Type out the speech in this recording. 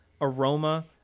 aroma